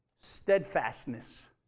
steadfastness